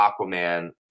aquaman